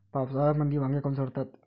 पावसाळ्यामंदी वांगे काऊन सडतात?